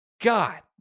God